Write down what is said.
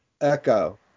echo